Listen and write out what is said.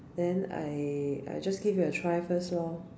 then I I just give it a try first loh